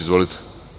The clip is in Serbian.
Izvolite.